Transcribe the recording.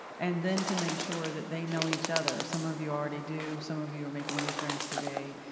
and then to make sure that they know each other. some of you already do. some of you are making new friends today.